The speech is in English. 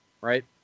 right